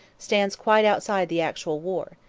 stands quite outside the actual war,